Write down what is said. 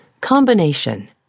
Combination